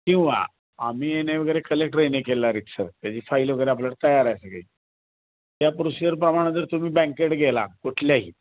किंवा आम्ही ए ने वगैरे कलेक्टर ए ने केला आहे रितसर त्याची फाईल वगैरे आपल्याला तयार आहे सगळी त्या प्रोसिजरप्रमाणं जर तुम्ही बँकेकडे गेला कुठल्याही